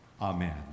Amen